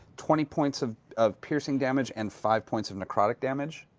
twenty points of of piercing damage and five points of necrotic damage.